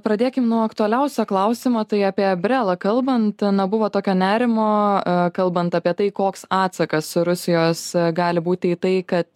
pradėkim nuo aktualiausio klausimo tai apie brelą kalbant na buvo tokio nerimo kalbant apie tai koks atsakas rusijos gali būti į tai kad